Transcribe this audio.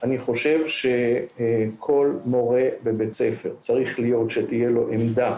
כל מורה בבית ספר צריך שתהיה לו עמדה